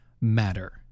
matter